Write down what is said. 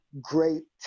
great